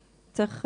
צריך,